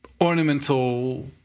ornamental